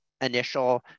initial